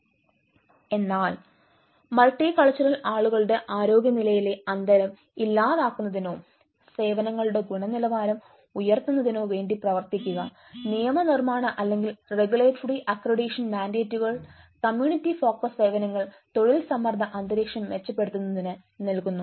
അതിനാൽ multicultural ആളുകളുടെ ആരോഗ്യനിലയിലെ അന്തരം ഇല്ലാതാക്കുന്നതിനോ സേവനങ്ങളുടെ ഗുണനിലവാരം ഉയർത്തുന്നതിനോ വേണ്ടി പ്രവർത്തിക്കുക നിയമനിർമ്മാണ അല്ലെങ്കിൽ റെഗുലേറ്ററി അക്രഡിറ്റേഷൻ മാൻഡേറ്റുകൾ കമ്മ്യൂണിറ്റി ഫോക്കസ് സേവനങ്ങൾ തൊഴിൽ സമ്മർദ്ദ അന്തരീക്ഷം മെച്ചപ്പെടുത്തുന്നതിന് നൽകുന്നു